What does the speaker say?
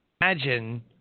imagine